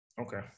Okay